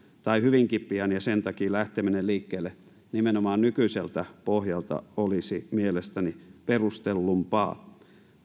tai hyvinkin pian ja sen takia lähteminen liikkeelle nimenomaan nykyiseltä pohjalta olisi mielestäni perustellumpaa